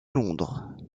londres